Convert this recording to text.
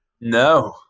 No